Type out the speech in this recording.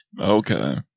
Okay